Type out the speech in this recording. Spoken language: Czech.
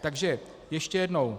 Takže ještě jednou.